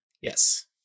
yes